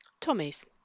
Tommy's